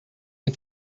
you